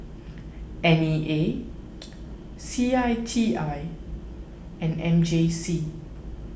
N E A C I T I and M J C